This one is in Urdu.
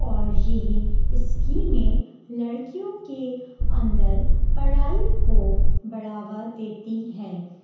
اور یہی اسکیمیں لڑکیوں کے اندر پڑھائی کو بڑھاوا دیتی ہیں